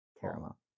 Caramel